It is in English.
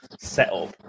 setup